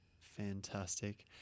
Fantastic